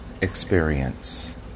experience